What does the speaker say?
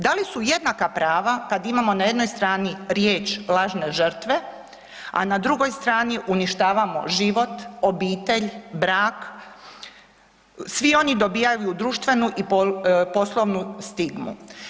Da li su jednaka prava kada imamo na jednoj strani riječ lažne žrtve, a na drugoj strani uništavamo život, obitelj, brak, svi oni dobivaju društvenu i poslovnu stigmu?